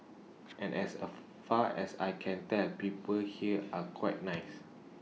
and as A far as I can tell people here are quite nice